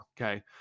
Okay